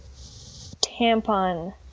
tampon